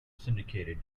syndicated